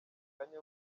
kanye